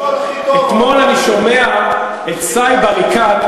אתמול אני שומע את סאיב עריקאת,